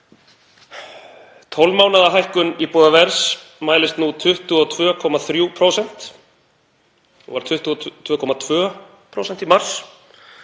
Tólf mánaða hækkun íbúðaverðs mælist nú 22,3% og var 22,2% í mars